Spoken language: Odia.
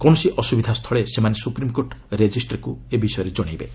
କୌଣସି ଅସୁବିଧାସ୍ଥଳେ ସେମାନେ ସୁପ୍ରିମକୋର୍ଟ ରେଜିଷ୍ଟ୍ରିକୁ ଏ ବିଷୟରେ ଜଣାଇବେ